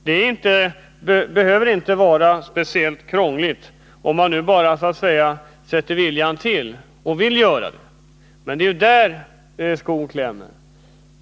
Det behöver inte vara speciellt krångligt, om man bara så att säga sätter viljan till att göra det, men det är ju där skon klämmer.